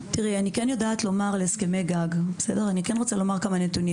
אני רוצה לומר כמה נתונים